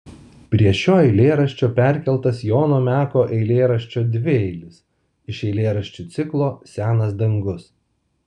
prie šio eilėraščio perkeltas jono meko eilėraščio dvieilis iš eilėraščių ciklo senas dangus